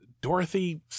Dorothy